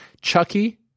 chucky